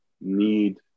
need